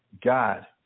God